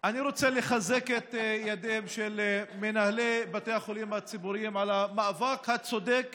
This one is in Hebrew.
לחזק את ידיהם של מנהלי בתי החולים הציבוריים על המאבק הצודק